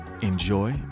enjoy